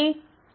నిజానికి 0